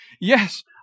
yes